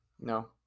no